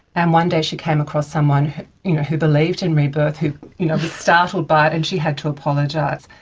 and one day she came across someone who, you know, who believed in rebirth, who was you know startled by it and she had to apologise.